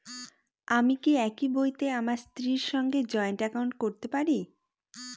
আমি কি একই বইতে আমার স্ত্রীর সঙ্গে জয়েন্ট একাউন্ট করতে পারি?